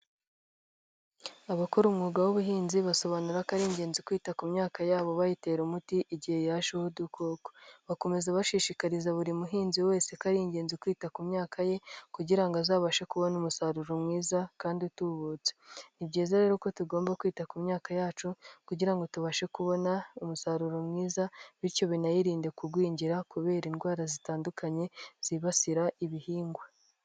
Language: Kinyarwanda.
Abakora umwuga w'ubuhinzi basobanura ko ari ingenzi kwita ku myaka yabo bayitera umuti igihe yajeho udukoko. Bakomeza bashishikariza buri muhinzi wese ko ari ingenzi kwita ku myaka ye kugira ngo azabashe kubona umusaruro mwiza kandi utubutse. Ni byiza rero ko tugomba kwita ku myaka yacu kugira ngo tubashe kubona umusaruro mwiza bityo binayirinde kugwingira kubera indwara zitandukanye zibasira ibihingwa.